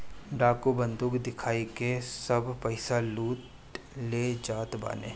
डाकू बंदूक दिखाई के सब पईसा लूट ले जात बाने